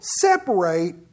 separate